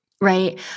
right